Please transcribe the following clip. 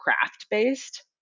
craft-based